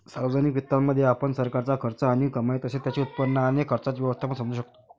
सार्वजनिक वित्तामध्ये, आपण सरकारचा खर्च आणि कमाई तसेच त्याचे उत्पन्न आणि खर्चाचे व्यवस्थापन समजू शकतो